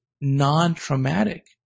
non-traumatic